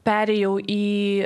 perėjau į